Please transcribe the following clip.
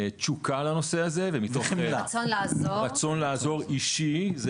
תשוקה לנושא הזה ומתוך רצון לעזור באופן אישי.